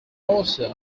also